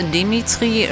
Dimitri